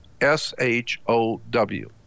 S-H-O-W